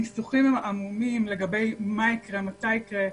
הניסוחים הם עמומים לגבי מה יקרה, מתי יקרה.